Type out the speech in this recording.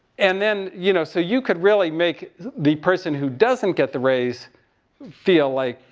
and then you know, so you could really make the person who doesn't get the raise feel like,